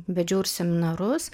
vedžiau ir seminarus